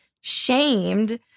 shamed